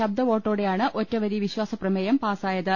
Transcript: ശബ്ദവോട്ടോടെയാണ് ഒറ്റവരി വിശ്വാസപ്ര മേയം പാസായത്